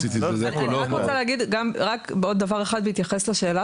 אני רק רוצה להגיד גם עוד דבר אחד בהתייחס לשאלה